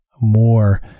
more